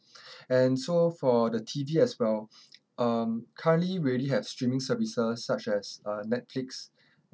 and so for the T_V as well um currently we already have streaming services such as uh netflix